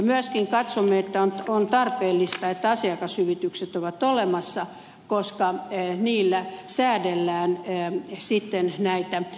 myöskin katsomme että on tarpeellista että asiakashyvitykset ovat olemassa koska niillä säädellään sitten näitä työeläkemaksuja